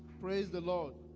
raise the lord